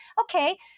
okay